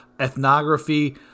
ethnography